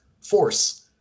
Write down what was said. force